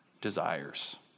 desires